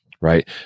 right